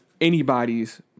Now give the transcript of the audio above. anybody's